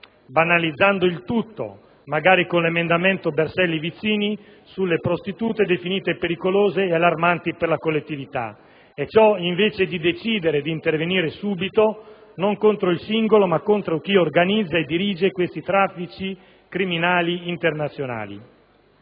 Banalizzando il tutto, magari con il cosiddetto emendamento Berselli-Vizzini sulle prostitute, definite pericolose ed allarmanti per la collettività, invece di decidere di intervenire subito, non contro il singolo, ma contro chi organizza e dirige questi criminali traffici internazionali.